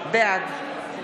בעד קטי